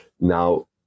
now